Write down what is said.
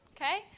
Okay